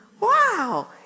Wow